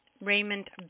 Raymond